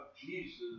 Jesus